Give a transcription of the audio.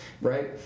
right